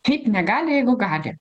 kaip negali jeigu gali